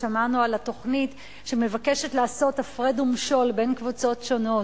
כששמענו על התוכנית שמבקשת לעשות הפרד ומשול בין קבוצות שונות.